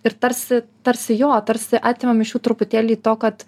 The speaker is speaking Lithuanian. ir tarsi tarsi jo tarsi atimam iš jų truputėlį to kad